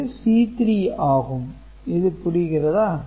இது C3 ஆகும் இது புரிகிறதா